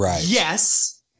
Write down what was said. yes